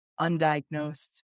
undiagnosed